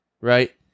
right